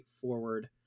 forward